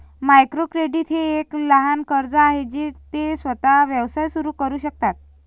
micro credit हे एक लहान कर्ज आहे जे ते स्वतःचा व्यवसाय सुरू करू शकतात